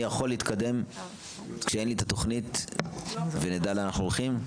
יכול להתקדם כשאין לי התכנית ונדע לאן אנחנו הולכים?